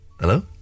Hello